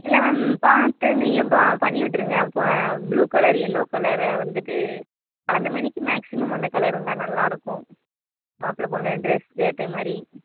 இல்லை மேம் பார்த்து நீங்கள் ப பண்ணி விட்டுருங்கள் ப்ளூ கலர் எல்லோ கலரை வந்துட்டு கலந்த மேனிக்கு மேக்சிமம் அந்த கலர் இருந்தால் நல்லாயிருக்கும் மாப்பிள பொண்ணு ட்ரெஸ்க்கு ஏற்ற மாதிரி